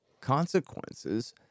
consequences